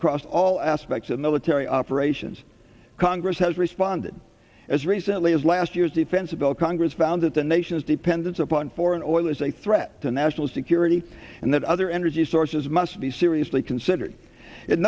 across all aspects of military operations congress has responded as recently as last year's defensible congress found that the nation's dependence upon foreign oil is a threat to national security and that other energy sources must be seriously considered it